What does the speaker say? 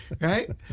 Right